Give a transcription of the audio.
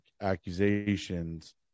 accusations